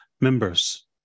Members